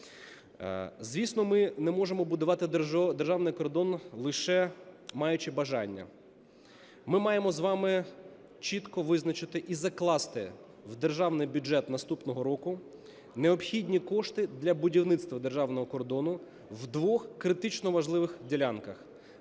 Звісно, ми не можемо будувати державний кордон, лише маючи бажання. Ми маємо з вами чітко визначити і закласти в державний бюджет наступного року необхідні кошти для будівництва державного кордону в двох критично важливих ділянках: